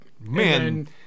Man